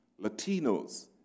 Latinos